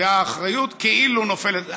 והאחריות כאילו נופלת.